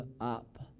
up